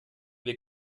wir